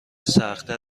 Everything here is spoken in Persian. سختتر